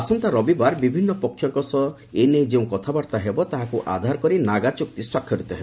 ଆସନ୍ତା ରବିବାର ବିଭିନ୍ନ ପକ୍ଷଙ୍କ ସହ ଏ ନେଇ ଯେଉଁ କଥାବାର୍ତ୍ତା ହେବ ତାହାକୁ ଆଧାର କରି ନାଗାଚୁକ୍ତି ସ୍ୱାକ୍ଷରିତ ହେବ